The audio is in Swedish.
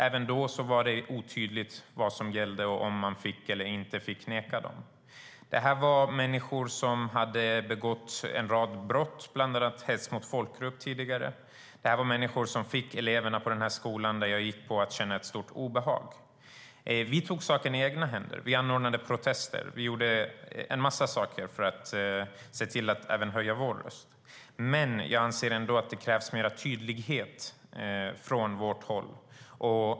Även då var det otydligt vad som gällde, om man fick eller inte fick neka dem. Det här var människor som tidigare hade begått en rad brott, bland annat hets mot folkgrupp. Det var människor som fick eleverna i den skola jag gick i att känna ett stort obehag. Vi tog saken i egna händer. Vi anordnade protester. Vi gjorde en massa saker för att se till att höja vår röst. Men jag anser att det krävs mer tydlighet från vårt håll.